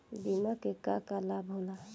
बिमा के का का लाभ होला?